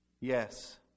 Yes